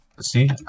See